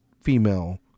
female